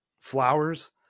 Flowers